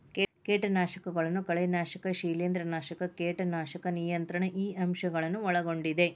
ಕೇಟನಾಶಕಗಳನ್ನು ಕಳೆನಾಶಕ ಶಿಲೇಂಧ್ರನಾಶಕ ಕೇಟನಾಶಕ ನಿಯಂತ್ರಣ ಈ ಅಂಶ ಗಳನ್ನು ಒಳಗೊಂಡಿದೆ